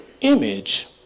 image